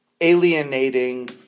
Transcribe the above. alienating